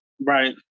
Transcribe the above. Right